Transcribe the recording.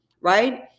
Right